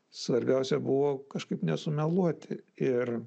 svarbiausia buvo kažkaip nesumeluoti ir